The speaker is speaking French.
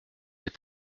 est